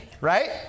Right